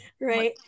Right